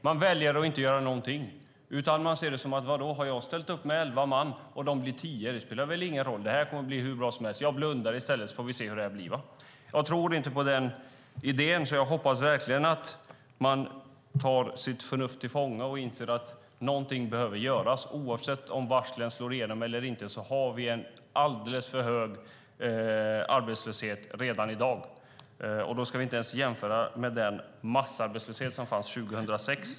Man väljer att inte göra något utan man anser att om någon har ställt upp med elva man och de blir tio spelar det väl ingen roll. Det kommer att bli hur bra som helst. Man blundar i stället och ser hur det blir. Jag tror inte på den idén, och jag hoppas verkligen att man tar sitt förnuft till fånga och inser att något behöver göras. Oavsett om varslen slår igenom eller inte har vi en alldeles för hög arbetslöshet redan i dag. Då ska vi inte ens jämföra med den massarbetslöshet som fanns 2006.